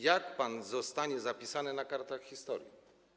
Jak pan zostanie zapisany na kartach historii?